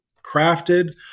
crafted